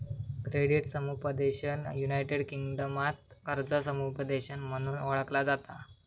credit समुपदेशन united किंगडमात कर्जा समुपदेशन म्हणून ओळखला जाता